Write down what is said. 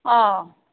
ꯑꯥ